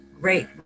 great